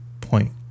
point